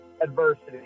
Adversity